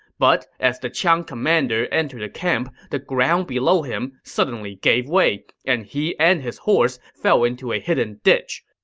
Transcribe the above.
but as the qiang commander entered the camp, the ground below him suddenly gave way, and he and his horse fell into a hidden ditch.